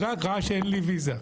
בדק וראה שאין לי ויזה.